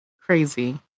crazy